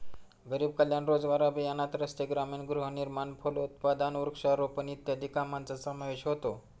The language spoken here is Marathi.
गरीब कल्याण रोजगार अभियानात रस्ते, ग्रामीण गृहनिर्माण, फलोत्पादन, वृक्षारोपण इत्यादी कामांचा समावेश होतो